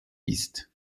ist